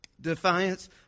defiance